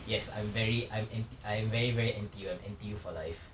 yes I'm very I'm N_T I'm very very N_T_U I'm N_T_U for life